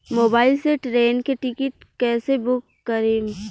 Mobile से train के ticket कैसे बूक करेम?